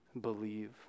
believe